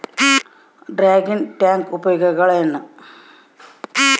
Dragon tank ಉಪಯೋಗಗಳೇನು?